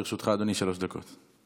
לרשותך, אדוני, שלוש דקות.